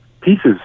pieces